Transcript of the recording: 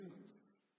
news